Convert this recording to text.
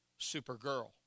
Supergirl